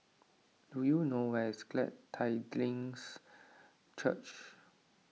do you know where is Glad Tidings Church